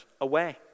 away